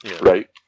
right